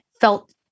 felt